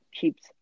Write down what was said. keeps